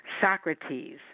Socrates